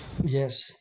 Yes